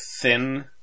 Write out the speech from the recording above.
thin